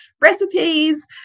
recipes